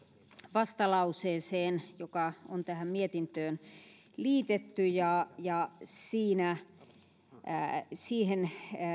vastalauseeseen joka on tähän mietintöön liitetty ja siihen